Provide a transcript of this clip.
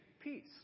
peace